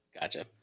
Gotcha